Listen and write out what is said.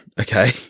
okay